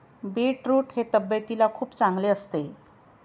beetroot हे तब्येतीला खूप चांगले असते